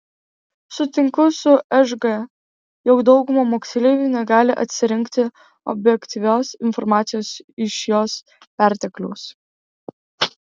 sutinku su šg jog dauguma moksleivių negali atsirinkti objektyvios informacijos iš jos pertekliaus